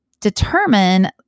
determine